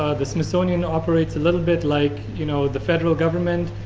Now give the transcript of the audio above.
ah the smithsonian operates a little bit like, you know, the federal government,